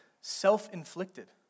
self-inflicted